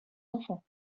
enfants